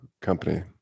company